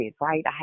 right